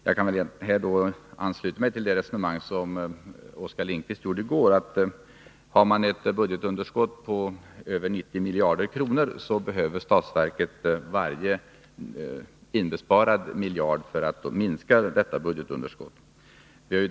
Jag kan här ansluta mig till det resonemang som Oskar Lindkvist förde i går. Han ansåg att om man har ett budgetunderskott på över 90 miljarder kronor behöver statsverket varje inbesparad miljard för att minska detta budgetunderskott.